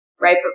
right